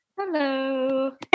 Hello